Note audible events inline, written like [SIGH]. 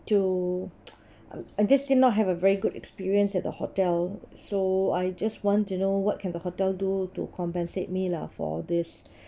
to [NOISE] I just seen not have a very good experience at the hotel so I just want to know what can the hotel do to compensate me lah for this